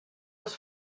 els